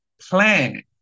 plan